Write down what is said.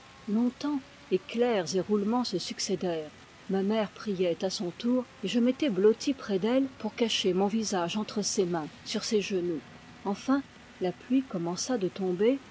longtemps éclairs et roulements se succédèrent ma mère priait à son tour et je m'étais blotti près d'elle pour cacher mon visage entre ses mains sur ses genoux enfin la pluie commença de tomber